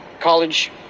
college